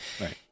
Right